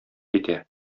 китә